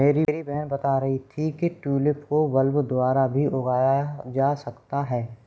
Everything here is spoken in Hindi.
मेरी बहन बता रही थी कि ट्यूलिप को बल्ब द्वारा भी उगाया जा सकता है